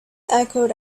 echoed